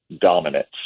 dominance